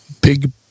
big